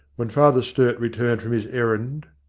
when father sturt returned from his errand,